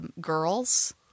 Girls